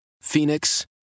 Phoenix